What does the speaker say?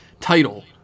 Title